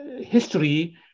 history